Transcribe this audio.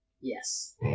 Yes